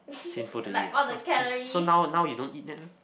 sinful to eat ah so now now you don't eat that meh